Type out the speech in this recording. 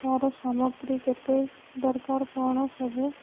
ତା'ର ସାମଗ୍ରୀ କେତେ ଦରକାର କଣ ସବୁ